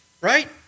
right